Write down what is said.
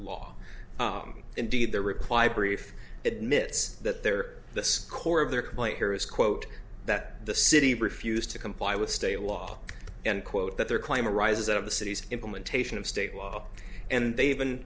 law indeed the reply brief admits that their the core of their complaint here is quote that the city refused to comply with state law and quote that their claim arises out of the city's implementation of state law and they even